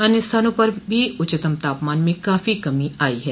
अन्य स्थानों पर भी उच्चतम तापमान में काफी कमी आई है